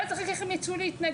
ואז אחר כך הם ירצו להתנדב,